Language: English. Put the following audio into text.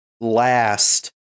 last